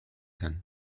zen